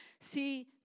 See